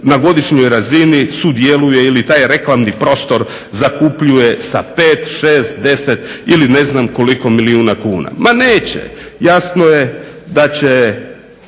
na godišnjoj razini sudjeluje ili taj reklamni prostor zakupljuje sa 5, 6, 10 ili ne znam koliko milijuna kuna? Ma neće. Jasno je da će